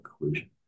conclusion